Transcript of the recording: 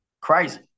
crazy